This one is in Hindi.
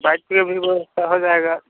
बाइक के लिए भी व्यवस्था हो जाएगी